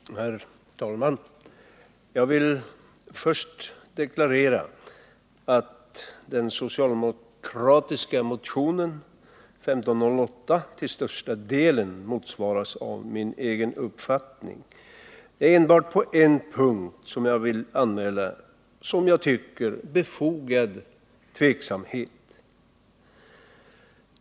Herr talman! Jag vill först deklarera att den socialdemokratiska motionen 1508 till största delen motsvarar min egen uppfattning. Enbart på en punkt vill jag anmäla en som jag tycker befogad tveksamhet.